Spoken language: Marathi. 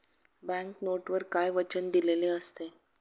बँक नोटवर काय वचन दिलेले असते?